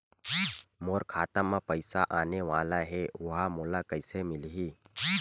मोर खाता म पईसा आने वाला हे ओहा मोला कइसे मिलही?